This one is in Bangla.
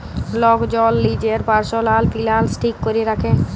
লক জল লিজের পারসলাল ফিলালস ঠিক ক্যরে রাখে